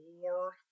War